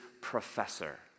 professor